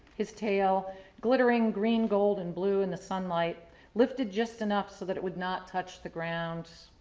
his tail glittering green, gold and blue in the sunlight lifted just enough so that it would not touch the ground.